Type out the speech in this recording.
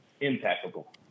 impeccable